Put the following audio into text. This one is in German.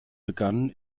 begann